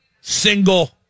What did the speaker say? single